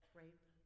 rape